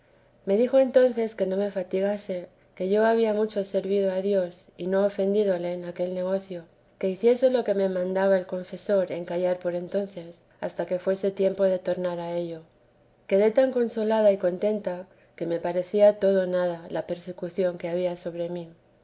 me dijo entonces que no me fatigase que yo había mucho servido a dios y no ofendídole en aquel negocio que hiciese lo que me mandaba el confesor en callar por entonces hasta que fuese tiempo de tornar a ello quedé tan consolada y contenta que me parecía todo nada la persecución que había sobre mí